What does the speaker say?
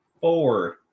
four